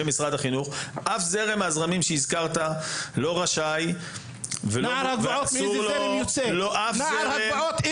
משרד החינוך לא רשאי --- מאיזה זרם יוצא נער הגבעות?